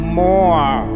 more